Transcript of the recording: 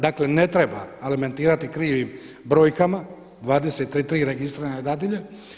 Dakle ne treba alimentirati krivim brojkama, 23 registrirane dadilje.